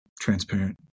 transparent